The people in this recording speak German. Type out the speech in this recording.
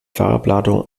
farbladung